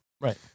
right